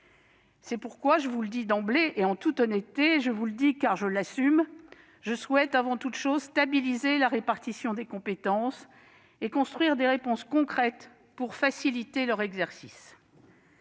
C'est pourquoi je vous le dis d'emblée et en toute honnêteté, car je l'assume : je souhaite, avant toute chose, stabiliser la répartition des compétences et construire des réponses concrètes pour faciliter leur exercice.